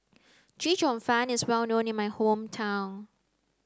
Chee Cheong Fun is well known in my hometown